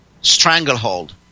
stranglehold